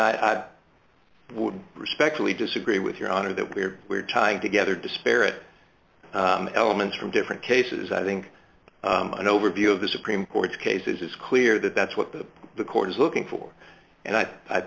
i would respectfully disagree with your honor that we are we're tying together disparate elements from different cases i think an overview of the supreme court cases it's clear that that's what the court is looking for and i